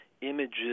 images